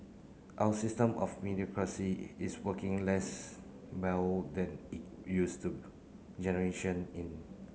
our system of is working less well than it used to generation in